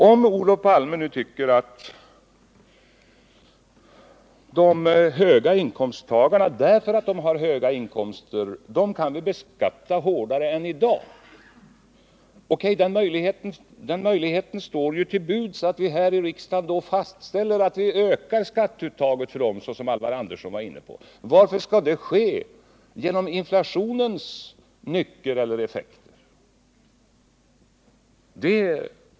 Om Olof Palme nu tycker att höginkomsttagarna därför att de har höga inkomster kan beskattas hårdare än i dag — O.K., den möjligheten står ju till buds genom att vi här i riksdagen fastställer att skatteuttaget skall ökas för dem. Alvar Andersson var inne på det. Varför skall detta ske genom inflationens nyckfulla effekter?